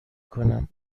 کنم